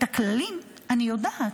את הכללים אני יודעת.